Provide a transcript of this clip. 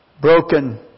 broken